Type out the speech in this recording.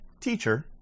Teacher